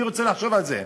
מי רוצה לחשוב על זה?